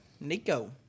Nico